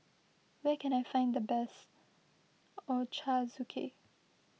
where can I find the best Ochazuke